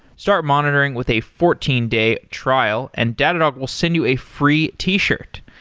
start monitoring with a fourteen day trial and datadog will send you a free t-shirt.